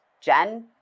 Jen